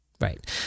Right